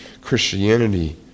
Christianity